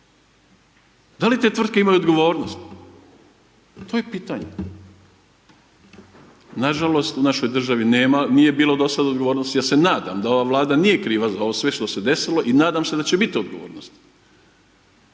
Da li te tvrtke imaju odgovornost, to je pitanje, nažalost u našoj državni nema, nije bilo do sada odgovornosti ja se nadam da ova Vlada nije kriva za ovo sve što se desilo i nadam se da će biti odgovornosti.